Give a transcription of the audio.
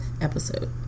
episode